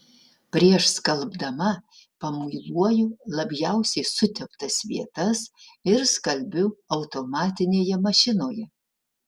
prieš skalbdama pamuiluoju labiausiai suteptas vietas ir skalbiu automatinėje mašinoje